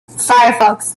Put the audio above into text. firefox